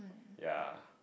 ya